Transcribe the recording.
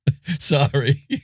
Sorry